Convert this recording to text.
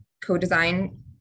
co-design